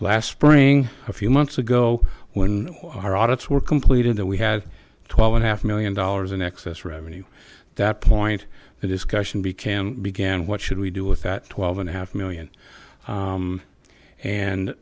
last spring a few months ago when our audits were completed that we have twelve and a half million dollars in excess revenue that point the discussion became began what should we do with that twelve and a half million